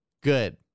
Good